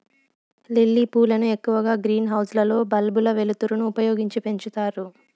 lily పూలను ఎక్కువగా green house లలో బల్బుల వెలుతురును ఉపయోగించి పెంచుతారు